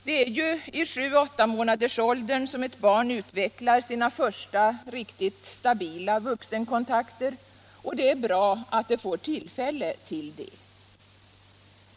Det är ju i sju-åttamånadersåldern som ett barn utvecklar sina första riktigt stabila vuxenkontakter, och det är bra att det får tillfälle till det.